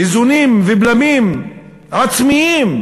איזונים ובלמים עצמיים,